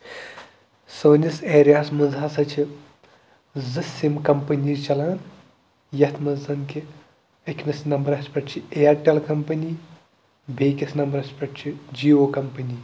سٲنِس ایریاہَس منٛز ہَسا چھِ زٕ سِم کَمپٔنی چَلان یَتھ منٛز زَن کہِ أکۍمِس نمبرَس پٮ۪ٹھ چھِ اِیَٹَل کَمپٔنی بیٚیہِ کِس نمبرَس پٮ۪ٹھ چھِ جِیو کَمپٔنی